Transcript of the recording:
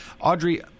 Audrey